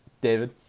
David